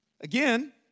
Again